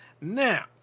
Now